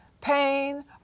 pain